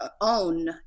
own